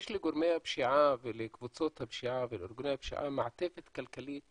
יש לגורמי הפשיעה ולקבוצות הפשיעה ולארגוני הפשיעה מעטפת כלכלית